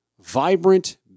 vibrant